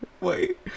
wait